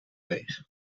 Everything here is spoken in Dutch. leeg